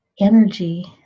energy